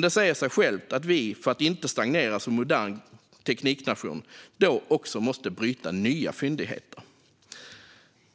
Det säger sig självt att vi för att inte stagnera som modern tekniknation då också måste bryta nya fyndigheter.